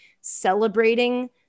celebrating